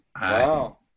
Wow